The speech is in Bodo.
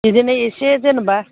बिदिनो एसे जेन'बा